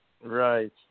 Right